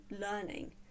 learning